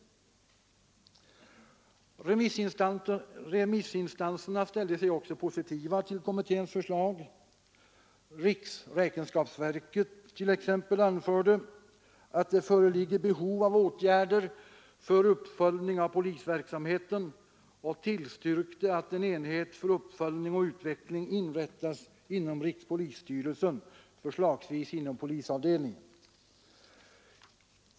Remissinstanserna ställde sig positiva till kommitténs förslag. Riksräkenskapsverket anförde t.ex. att det föreligger behov av åtgärder för uppföljning av polisverksamheten och tillstyrkte att en enhet för uppföljning och utveckling inrättas inom rikspolisstyrelsen, förslagsvis inom polisavdelningen.